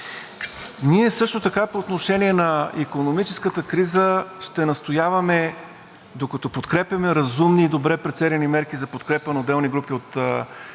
Ние също така по отношение на икономическата криза ще настояваме, докато подкрепяме разумни и добре преценени мерки за подкрепа на отделни групи от българските граждани